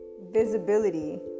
visibility